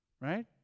right